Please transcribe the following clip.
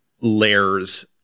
layers